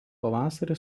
pavasarį